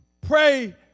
pray